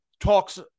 talks